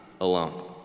alone